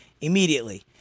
immediately